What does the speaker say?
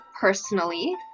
personally